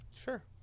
Sure